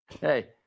Hey